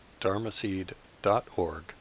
dharmaseed.org